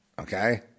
okay